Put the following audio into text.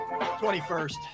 21st